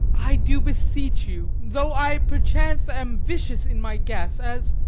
i do beseech you though i perchance am vicious in my guess, as,